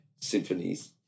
symphonies